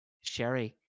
Sherry